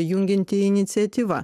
jungianti iniciatyva